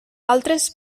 altres